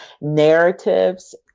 narratives